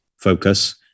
focus